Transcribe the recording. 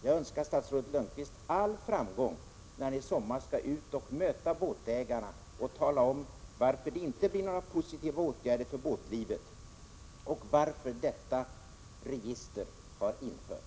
Jag önskar statsrådet Lönnqvist all framgång när han i sommar skall ut och möta båtägarna och tala om varför det inte blir några positiva åtgärder för båtlivet och varför detta register har införts.